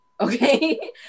okay